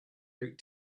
out